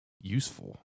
useful